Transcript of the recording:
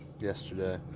Yesterday